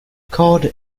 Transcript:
cod